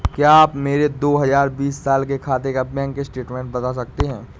क्या आप मेरे दो हजार बीस साल के खाते का बैंक स्टेटमेंट बता सकते हैं?